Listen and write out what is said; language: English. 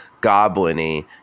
goblin-y